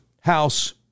House